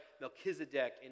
Melchizedek